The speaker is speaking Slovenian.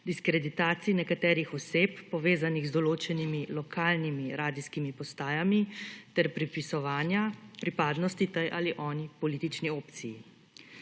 diskreditacij nekaterih oseb, povezanih z določenimi lokalnimi radijskimi postajami, ter pripisovanja pripadnosti tej ali oni politični opciji.